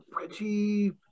Reggie